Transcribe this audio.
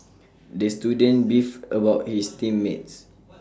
the student beefed about his team mates